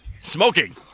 smoking